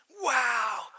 Wow